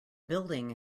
building